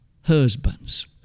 Husbands